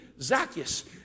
Zacchaeus